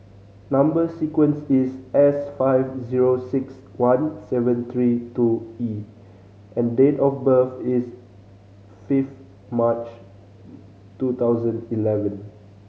number sequence is S five zero six one seven three two E and date of birth is fifth March two thousand eleven